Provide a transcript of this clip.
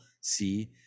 see